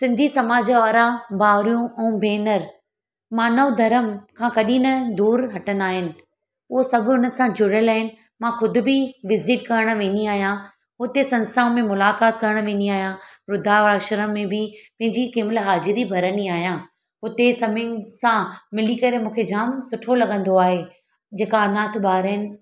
सिंधी समाज वारा भावरूं ऐं भेनरु मानव धरिम खां कॾहिं न दूरि हटंदा आहिनि उहो सभु हुन सां जुड़ियल आहिनि मां ख़ुदि बि विज़िट करणु वेंदी आहियां हुते संस्थाऊं में मुलाकाति करणु वेंदी आहियां वृधाश्रम में बि पंहिंजी कंहिं महिल हाज़ुरी भरींदी आहियां हुते सभिनि सां मिली करे मुखे जाम सुठो लॻंदो आहे जेका अनाथ ॿार आहिनि